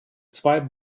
zwei